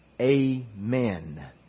Amen